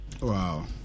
wow